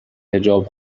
حجاب